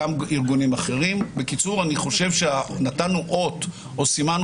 אבל אני מניח שמאחר שהרבה אנשים יוצאים